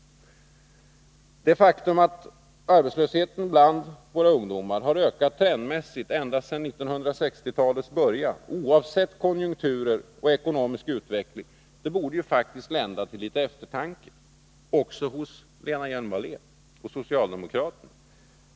Det faktum att arbetslösheten bland ungdomar trendmässigt har ökat ända sedan början av 1960-talet, oavsett konjunkturer och ekonomisk utveckling, borde faktiskt lända till eftertanke, också hos Lena Hjelm Wallén och socialdemokraterna.